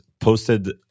posted